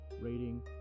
rating